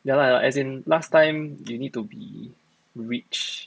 no lah as in last time you need to be rich